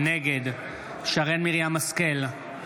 נגד שרן מרים השכל,